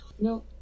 No